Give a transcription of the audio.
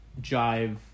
jive